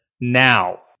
now